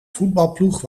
voetbalploeg